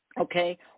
Okay